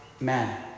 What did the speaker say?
man